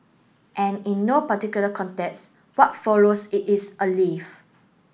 and in no particular context what follows it is a leaf